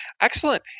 excellent